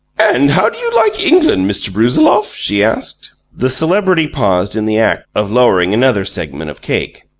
and how do you like england, mr. brusiloff? she asked. the celebrity paused in the act of lowering another segment of cake.